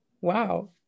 wow